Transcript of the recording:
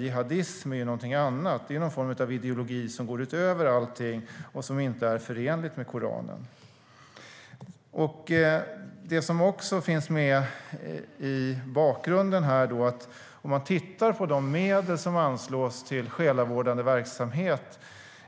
Jihadism är någonting annat. Det är någon form av ideologi som går utöver allting och som inte är förenlig med Koranen. Det finns också någonting annat i bakgrunden. Man kan titta på de medel som anslås till själavårdande verksamhet